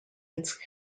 its